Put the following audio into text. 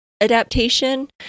adaptation